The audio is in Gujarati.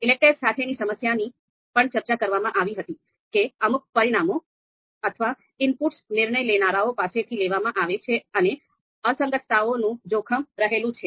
ELECTRE સાથેની સમસ્યાની પણ ચર્ચા કરવામાં આવી હતી કે અમુક પરિમાણો અથવા ઇનપુટ્સ નિર્ણય લેનારાઓ પાસેથી લેવામાં આવે છે અને અસંગતતાઓનું જોખમ રહેલું છે